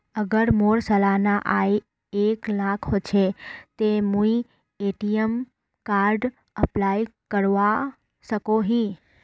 अगर मोर सालाना आय एक लाख होचे ते मुई ए.टी.एम कार्ड अप्लाई करवा सकोहो ही?